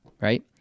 right